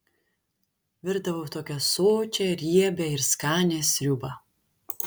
virdavau tokią sočią riebią ir skanią sriubą